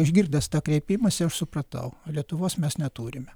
išgirdęs tą kreipimąsi aš supratau lietuvos mes neturime